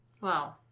Wow